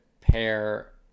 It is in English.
pair